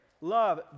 Love